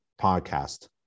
podcast